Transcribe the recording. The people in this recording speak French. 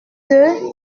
deux